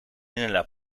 nella